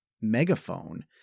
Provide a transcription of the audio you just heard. megaphone